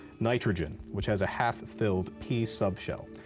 nitrogen, which has a half-filled p subshell,